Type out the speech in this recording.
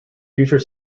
future